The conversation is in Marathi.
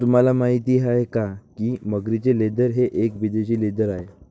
तुम्हाला माहिती आहे का की मगरीचे लेदर हे एक विदेशी लेदर आहे